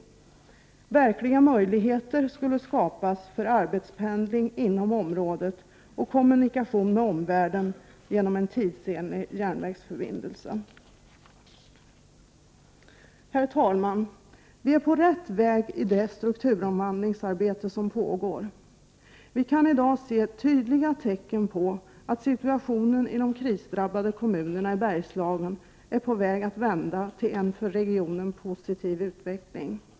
Verkliga möjligheter skulle skapas till arbetspendling inom området och kommunikation med omvärlden genom en tidsenlig järnvägsförbindelse. Herr talman! Vi är på rätt väg i det strukturomvandlingsarbete som pågår. Vi kan i dag se tydliga tecken på att situationen i de krisdrabbade kommunerna i Bergslagen är på väg att vända till en för regionen positiv utveckling.